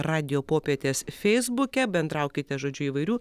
radijo popietės feisbuke bendraukite žodžiu įvairių